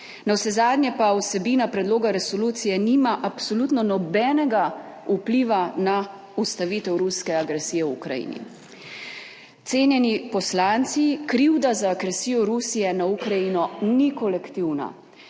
Navsezadnje pa vsebina predloga resolucije nima absolutno nobenega vpliva na ustavitev ruske agresije v Ukrajini. Cenjeni poslanci, krivda za agresijo Rusije na Ukrajino ni kolektivna.